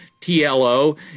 TLO